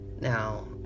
Now